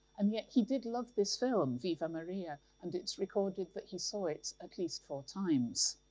and yet, he did love this film, viva maria. and it's recorded that he saw it at least four times.